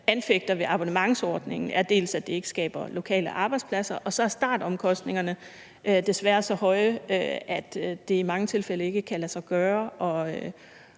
anfægter ved abonnementsordningen, er dels, at det ikke skaber lokale arbejdspladser, dels at startomkostningerne desværre er så høje, at det i mange tilfælde ikke kan lade sig gøre,